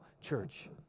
church